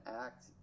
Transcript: act